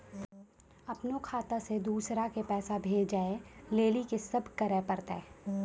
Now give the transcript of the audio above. अपनो खाता से दूसरा के पैसा भेजै लेली की सब करे परतै?